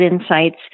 insights